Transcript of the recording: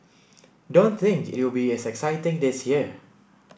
don't think it'll be as exciting this year